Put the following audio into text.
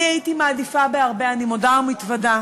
אני הייתי מעדיפה בהרבה, אני מודה ומתוודה: